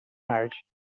marte